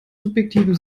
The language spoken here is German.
subjektiven